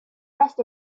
rest